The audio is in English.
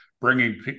bringing